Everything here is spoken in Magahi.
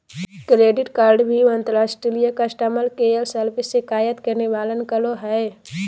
क्रेडिट कार्डव्यू अंतर्राष्ट्रीय कस्टमर केयर सर्विस शिकायत के निवारण करो हइ